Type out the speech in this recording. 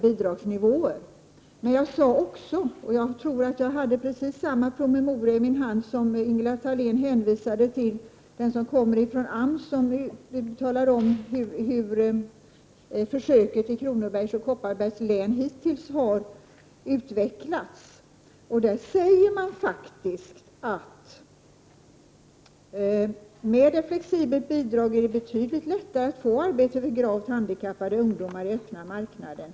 Jag tror att jag när jag talade hade i min hand precis samma promemoria som den Ingela Thalén hänvisade till, den som kommer från AMS. I den redovisas det för hur försöken i Kronobergs län och Kopparbergs län hittills har utfallit. Det framhålls faktiskt följande: Med ett flexibelt bidrag är det betydligt lättare att få arbete för gravt handikappade ungdomar i den öppna marknaden.